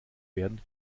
werden